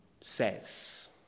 says